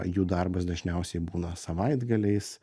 jų darbas dažniausiai būna savaitgaliais